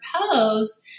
proposed